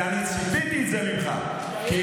ואני ציפיתי לזה ממך, כי